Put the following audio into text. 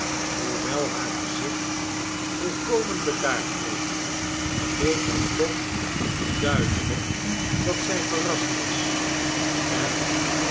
hoewel haar gezicht volkomen bedaard bleef bleek het toch duidelijk dat zij verrast was en